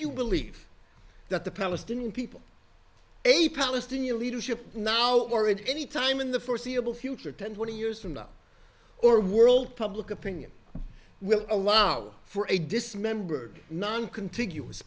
you believe that the palestinian people a palestinian leadership now or in any time in the foreseeable future ten twenty years from now or world public opinion will allow for a dismembered noncontiguous